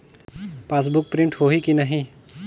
Passbook print होही कि नहीं?